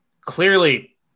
clearly